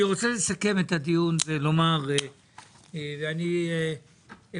אני רוצה לסכם את הדיון ולומר שאני מבקש,